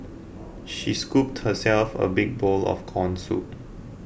she scooped herself a big bowl of Corn Soup